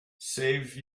save